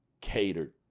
catered